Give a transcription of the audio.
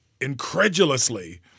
incredulously